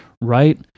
right